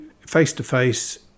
face-to-face